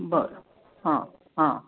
बरं हां हां